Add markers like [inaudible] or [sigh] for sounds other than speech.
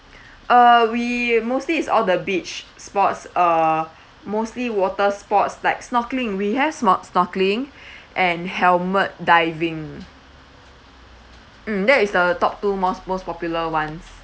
[breath] uh we mostly it's all the beach sports uh mostly water sports like snorkeling we have snork~ snorkeling [breath] and helmet diving mm that is the top two mos~ most popular ones